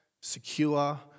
secure